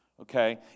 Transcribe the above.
Okay